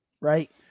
right